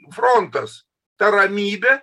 frontas ta ramybė